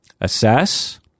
Assess